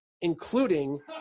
including